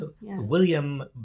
William